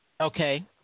Okay